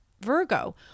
Virgo